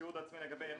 תיעוד עצמי לגבי...